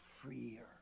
freer